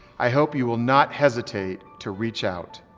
i hope you will not hesitate to reach out.